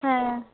হ্যাঁ